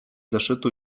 zeszytu